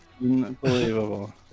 Unbelievable